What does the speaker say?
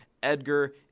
edgar